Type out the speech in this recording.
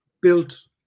built